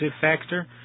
factor